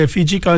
Fiji